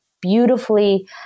beautifully